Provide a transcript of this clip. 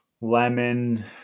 lemon